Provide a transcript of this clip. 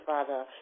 Father